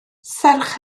serch